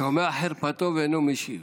שומע חרפתו ואינו משיב,